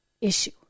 issue